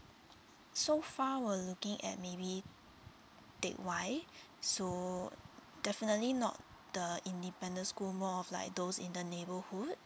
so far we're looking at maybe teck whye so definitely not the independent school more of like those in the neighborhood